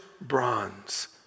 bronze